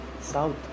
south